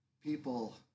People